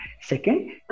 second